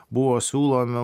buvo siūloma